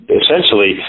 essentially